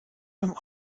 beim